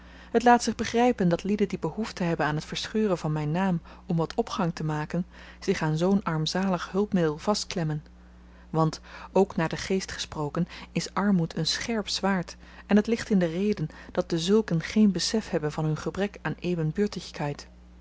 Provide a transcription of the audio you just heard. het laat zich begrypen dat lieden die behoefte hebben aan t verscheuren van myn naam om wat opgang te maken zich aan zoo'n armzalig hulpmiddel vastklemmen want ook naar den geest gesproken is armoed n scherp zwaard en t ligt in de rede dat dezulken geen besef hebben van hun gebrek aan